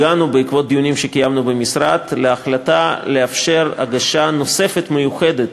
הגענו בעקבות דיונים שקיימנו במשרד להחלטה לאפשר הגשה נוספת מיוחדת